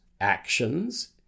actions